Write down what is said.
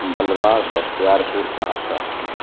بلوار Bakhtiyarpur Saharsa